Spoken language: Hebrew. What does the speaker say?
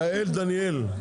יעל דניאלי.